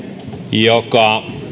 joka